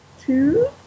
two